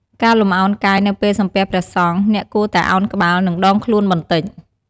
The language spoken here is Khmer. ការលំអោនកាយនៅពេលសំពះព្រះសង្ឃ អ្នកគួរតែឱនក្បាល និងដងខ្លួនបន្តិច។